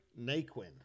Naquin